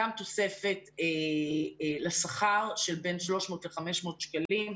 גם תוספת לשכר של בין 300 ל-500 שקלים,